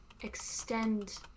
extend